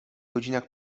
godzinach